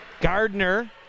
Gardner